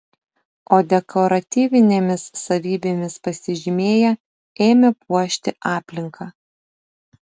o dekoratyvinėmis savybėmis pasižymėję ėmė puošti aplinką